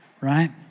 Right